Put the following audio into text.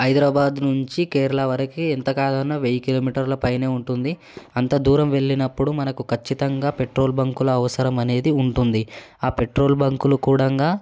హైదరాబాద్ నుంచి కేరళ వరకి ఎంత కాదన్న వెయ్యి కిలోమీటర్ల పైనే ఉంటుంది అంత దూరం వెళ్ళినప్పుడు మనకు ఖచ్చితంగా పెట్రోల్ బంకుల అవసరం అనేది ఉంటుంది ఆ పెట్రోల్ బంకులు కూడంగా